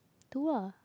do lah